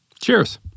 Cheers